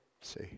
See